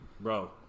Bro